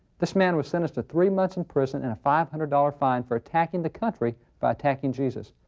this man was sentenced to three months and prison and a five hundred dollars fine for attacking the country by attacking jesus.